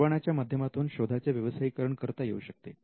परवानाच्या माध्यमातून शोधाचे व्यवसायीकरण करता येऊ शकते